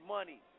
Money